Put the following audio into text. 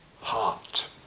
heart